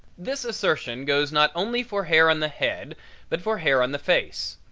this assertion goes not only for hair on the head but for hair on the face.